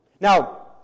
Now